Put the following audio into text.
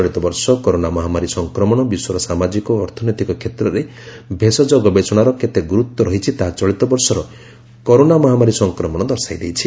ଚଳିତ ବର୍ଷ କରୋନା ମହାମାରୀ ସଂକ୍ରମଣ ବିଶ୍ୱର ସାମାଜିକ ଓ ଅର୍ଥନୈତିକ କ୍ଷେତ୍ରରେ ଭେଷଜ ଗବେଷଣାର କେତେ ଗୁରୁତ୍ୱ ରହିଛି ତାହା ଚଳିତ ବର୍ଷର କରୋନା ମହାମାରୀ ସଂକ୍ରମଣ ଦର୍ଶାଇଦେଇଛି